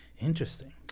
interesting